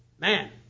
man